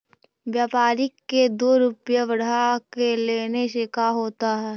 व्यापारिक के दो रूपया बढ़ा के लेने से का होता है?